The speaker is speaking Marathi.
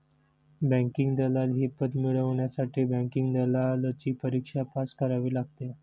बँकिंग दलाल हे पद मिळवण्यासाठी बँकिंग दलालची परीक्षा पास करावी लागते